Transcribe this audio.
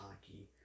hockey